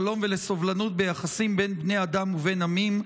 לשלום ולסובלנות ביחסים בין בני אדם ובין עמים",